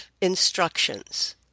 instructions